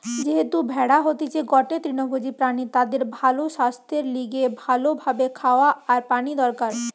যেহেতু ভেড়া হতিছে গটে তৃণভোজী প্রাণী তাদের ভালো সাস্থের লিগে ভালো ভাবে খাওয়া আর পানি দরকার